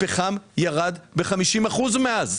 הפחם ירד ב-50% מאז.